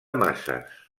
masses